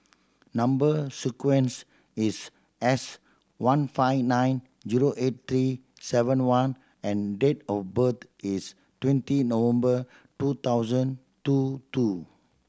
number sequence is S one five nine zero eight three seven one and date of birth is twenty November two thousand two two